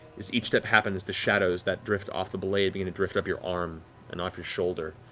as each step happens the shadows that drift off the blade begin to drift up your arm and off your shoulder,